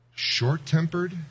Short-tempered